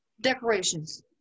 decorations